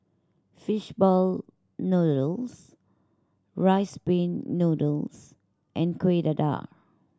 fish ball noodles Rice Pin Noodles and Kuih Dadar